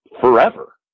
forever